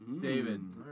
David